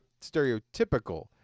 stereotypical